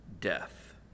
death